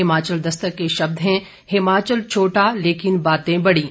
हिमाचल दस्तक के शब्द हैं हिमाचल छोटा लेकिन बातें बड़ीं